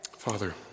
Father